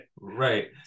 Right